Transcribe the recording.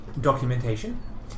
documentation